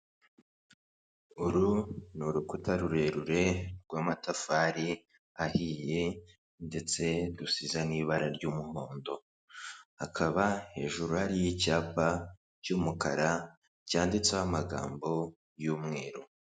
Uru ni urukuta rurerure rw'amatafari ahiye ndetse rusize n'ibara ry'umuhondo hakaba hejuru hariyo icyapa cy'umukara cyanditseho amagambo y'umweru.